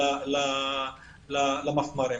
בדרך כלל למפמ"רים.